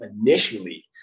initially